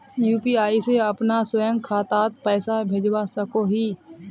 UPI से अपना स्वयं खातात पैसा भेजवा सकोहो ही?